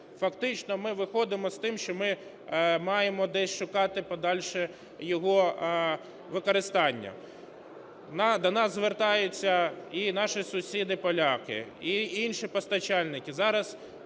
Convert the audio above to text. Фактично ми виходимо з тим, що ми маємо десь шукати подальше його використання. До нас звертаються і наші сусіди-поляки, і інші постачальники.